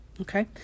okay